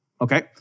Okay